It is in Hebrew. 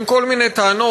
עם כל מיני טענות.